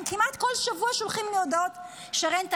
כמעט כל שבוע הם שולחים לי הודעות: שרן,